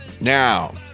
Now